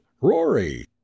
Rory